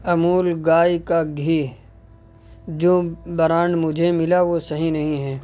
امول گائے کا گھی جو برانڈ مجھے ملا وہ صحیح نہیں ہے